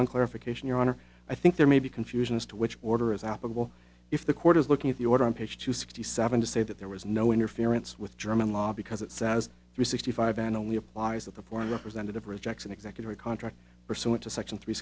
one clarification your honor i think there may be confusion as to which order is applicable if the court is looking at the order on page two sixty seven to say that there was no interference with german law because it says three sixty five and only applies that the foreign representative rejects an executor a contract pursuant to section three